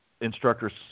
instructors